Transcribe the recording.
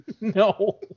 No